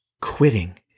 quitting